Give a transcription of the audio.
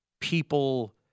people